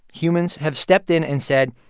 humans have stepped in and said,